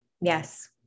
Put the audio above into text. yes